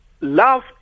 Love